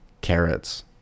carrots